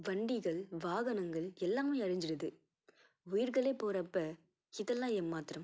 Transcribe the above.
வண்டிகள் வாகனங்கள் எல்லாமே அழிஞ்சிடுது உயிர்களே போகிறப்ப இதெல்லாம் எம்மாத்திரம்